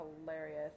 hilarious